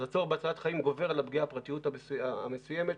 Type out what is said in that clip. אז הצורך בהצלת חיים גובר על הפגיעה המסוימת בפרטיות,